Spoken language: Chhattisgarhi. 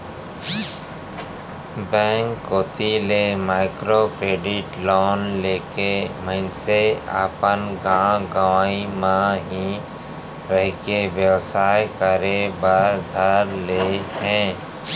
बेंक कोती ले माइक्रो क्रेडिट लोन लेके मनसे अपन गाँव गंवई म ही रहिके बेवसाय करे बर धर ले हे